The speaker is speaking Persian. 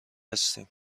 هستیم